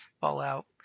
Fallout